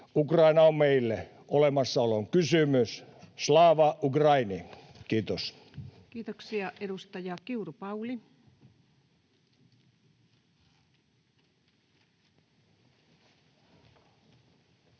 Ukraina on meille olemassaolon kysymys. Slava Ukraini! — Kiitos. Kiitoksia. — Edustaja Kiuru, Pauli. Arvoisa